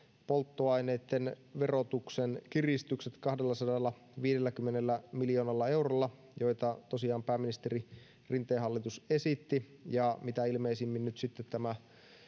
polttoaineitten verotuksen kiristykset kahdellasadallaviidelläkymmenellä miljoonalla eurolla joita tosiaan pääministeri rinteen hallitus esitti ja mitä ilmeisimmin nyt sitten tämä